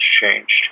changed